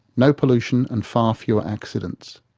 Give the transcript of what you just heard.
no pollution and far fewer accidents.